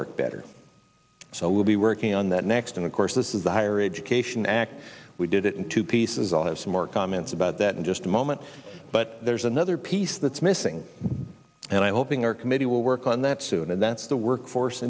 work better so we'll be working on that next and of course this is the higher education act we did it in two pieces i have some more comments about that in just a moment but there's another piece that's missing and i'm hoping our committee will work on that soon and that's the workforce